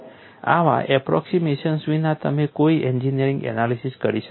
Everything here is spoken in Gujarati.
આવા એપ્રોક્સિમેશન્સ વિના તમે કોઈ એન્જિનિયરિંગ એનાલિસીસ કરી શકતા નથી